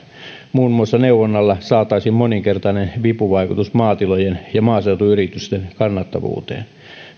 muun muassa neuvonnalla saataisiin moninkertainen vipuvaikutus maatilojen ja maaseutuyritysten kannattavuuteen